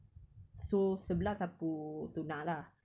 so sebelah sapu tuna lah